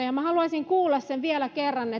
ja minä haluaisin kuulla vielä kerran